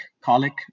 Colic